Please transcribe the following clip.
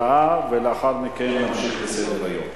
ולאחר מכן נמשיך בסדר-היום.